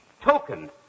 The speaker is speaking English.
token